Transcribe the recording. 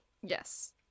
Yes